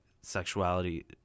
sexuality